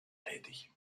tätig